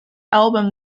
album